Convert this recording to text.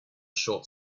short